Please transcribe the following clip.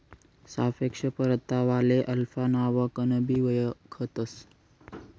सापेक्ष परतावाले अल्फा नावकनबी वयखतंस